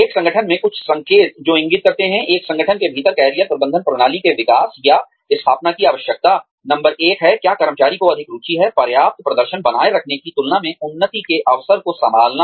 एक संगठन में कुछ संकेत जो इंगित करते हैं एक संगठन के भीतर कैरियर प्रबंधन प्रणाली के विकास या स्थापना की आवश्यकता नंबर एक है क्या कर्मचारी को अधिक रुचि है पर्याप्त प्रदर्शन बनाए रखने की तुलना में उन्नति के अवसरों को संभालना